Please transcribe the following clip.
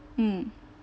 mm